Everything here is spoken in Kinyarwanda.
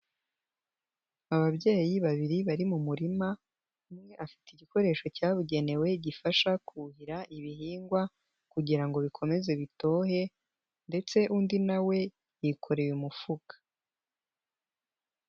Ababyeyi babiri bari mu murima umwe afite igikoresho cyabugenewe gifasha kuhira ibihingwa kugira ngo bikomeze bitohe ndetse undi nawe yikoreye umufuka.